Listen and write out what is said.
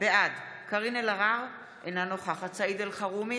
בעד קארין אלהרר, אינה נוכחת סעיד אלחרומי,